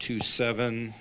to seven